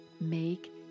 make